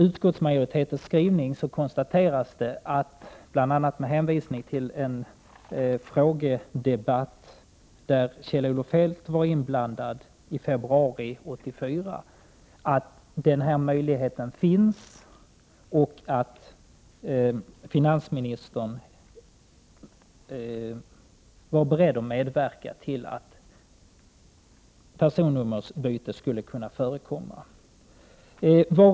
Utskottsmajoriteten konstaterar i sin skrivning — bl.a. med hänvisning till en frågedebatt i riksdagen den 4 februari 1988 i vilken Kjell-Olof Feldt var inblandad — att det finns möjlighet att byta personnummer och att finansministern var beredd att medverka till att personnummerbyte skulle kunna ske.